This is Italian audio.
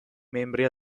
membri